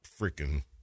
freaking